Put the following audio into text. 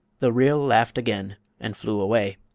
the ryl laughed again and flew away.